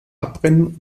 abbrennen